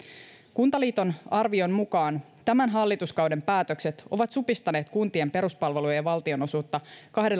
kuntaliiton arvion mukaan tämän hallituskauden päätökset ovat supistaneet kuntien peruspalvelujen valtionosuutta